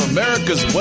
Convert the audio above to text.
America's